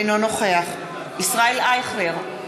אינו נוכח ישראל אייכלר,